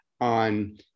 on